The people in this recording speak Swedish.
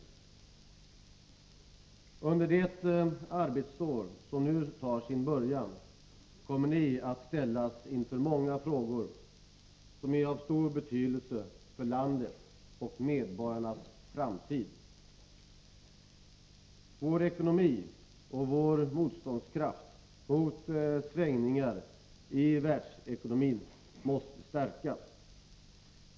Under det arbetsår som nu tar sin början kommer ni att ställas inför många frågor som är av stor betydelse för landets och medborgarnas framtid. Vår ekonomi och vår motståndskraft mot svängningar i världsekonomin måste stärkas.